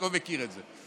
יעקב מכיר את זה.